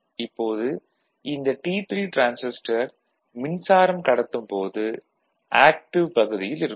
இப்போது இந்த T3 transistor மின்சாரம் கடத்தும் போது ஆக்டிவ் பகுதியில் இருக்கும்